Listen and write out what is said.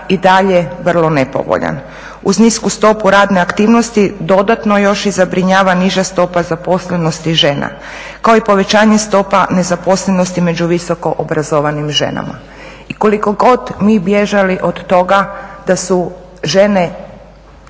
i dalje vrlo nepovoljan. Uz nisku stopu radne aktivnosti dodatno još i zabrinjava niža stopa zaposlenosti žena kao i povećanje stopa nezaposlenosti među visoko obrazovanim ženama. I koliko god mi bježali od toga da su žene